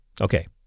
Okay